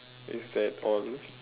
is that all